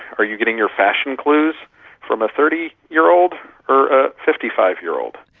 are you getting your fashion clues from a thirty year old or a fifty five year old?